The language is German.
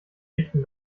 richten